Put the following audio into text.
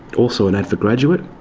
also an adfa graduate.